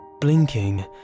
blinking